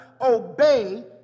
Obey